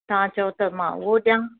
तव्हां चओ त मां उहो ॾिया